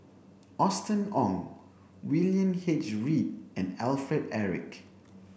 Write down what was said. Austen Ong William H Read and Alfred Eric